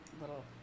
little